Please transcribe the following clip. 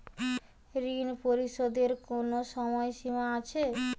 ঋণ পরিশোধের কোনো সময় সীমা আছে?